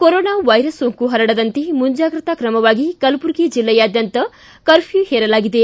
corona virus ಸೋಂಕು ಪರಡದಂತೆ ಮುಂಜಾಗ್ರತಾ ಕ್ರಮವಾಗಿ ಕಲಬುರಗಿ ಜಿಲ್ಲೆಯಾದ್ಯಂತ ಕರ್ಫೂ ಹೇರಲಾಗಿದೆ